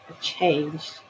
changed